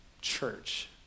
church